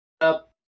up